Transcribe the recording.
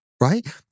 right